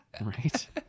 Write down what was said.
Right